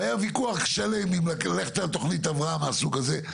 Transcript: והיה ויכוח שלם אם ללכת על תוכנית הבראה מהסוג הזה,